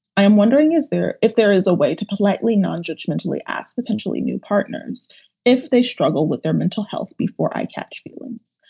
i'm wondering, is there if there is a way to politely non-judgemental, we ask potentially new partners if they struggle with their mental health before i catch feelings?